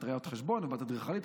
בת רואת חשבון ובת אדריכלית.